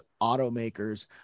automakers